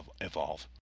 evolve